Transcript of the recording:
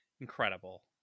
Incredible